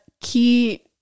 key